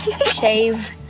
shave